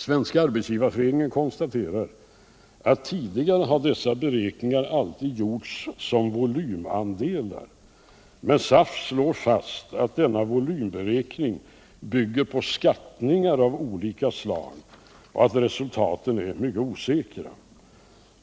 Svenska arbetsgivareföreningen konstaterar att dessa beräkningar tidigare alltid har gjorts med utgångspunkt i volymandelar, men SAF slår fast att denna volyvmberäkning bygger på skattningar av olika slag och att resultaten är mycket osäkra.